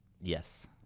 Yes